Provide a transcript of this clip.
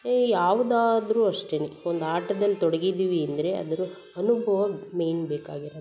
ಯಾವುದಾದರೂ ಅಷ್ಟೇ ಒಂದು ಆಟದಲ್ಲಿ ತೊಡಗಿದ್ದೀವಿ ಅಂದರೆ ಅದ್ರ ಅನುಭವ ಮೇನ್ ಬೇಕಾಗಿರೋದ್